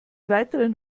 weiteren